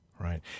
right